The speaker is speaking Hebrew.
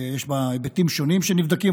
ויש בה היבטים שונים שנבדקים.